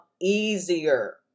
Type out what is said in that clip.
easier